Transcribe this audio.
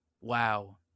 Wow